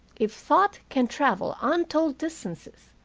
if thought can travel untold distances,